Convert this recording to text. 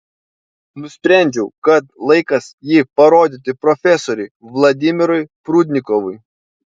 nusprendžiau kad laikas jį parodyti profesoriui vladimirui prudnikovui